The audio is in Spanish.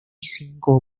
cinco